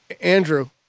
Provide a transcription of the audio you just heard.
Andrew